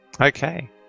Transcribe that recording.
Okay